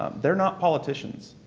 ah they're not politicians,